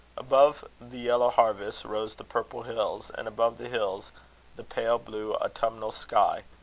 above the yellow harvest rose the purple hills, and above the hills the pale-blue autumnal sky,